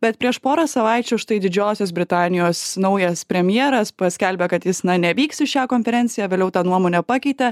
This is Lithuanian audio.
bet prieš porą savaičių štai didžiosios britanijos naujas premjeras paskelbė kad jis na nevyks į šią konferenciją vėliau tą nuomonę pakeitė